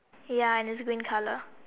ya and it's green colour